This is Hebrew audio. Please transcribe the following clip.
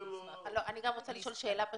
אני גם רוצה לשאול שאלה.